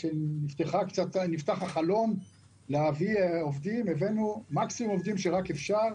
כשנפתח החלון להביא עובדים הבאנו מקסימום עובדים שרק אפשר,